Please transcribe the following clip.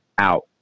Out